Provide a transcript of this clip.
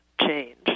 change